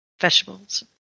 vegetables